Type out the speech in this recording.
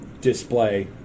display